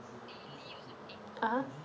(uh huh)